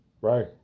Right